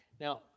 Now